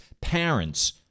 parents